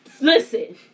Listen